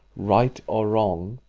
right or wrong,